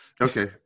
Okay